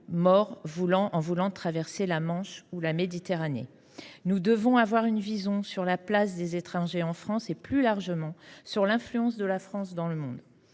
morts en voulant traverser la Manche ou la Méditerranée. Nous devons avoir une vision ambitieuse de la place des étrangers en France et, plus largement, de l’influence de la France dans le monde.